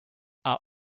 are